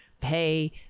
pay